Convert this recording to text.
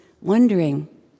wondering